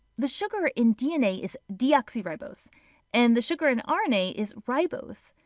the sugar in dna is deoxyribose and the sugar in ah rna is ribose.